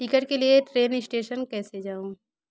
ticket के लिए मैं ट्रेन स्टेशन कैसे जाऊँ